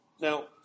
Now